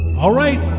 alright,